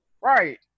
Right